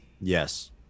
yes